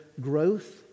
growth